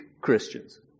Christians